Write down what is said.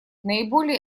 наиболее